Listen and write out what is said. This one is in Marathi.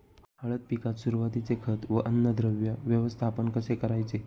हळद पिकात सुरुवातीचे खत व अन्नद्रव्य व्यवस्थापन कसे करायचे?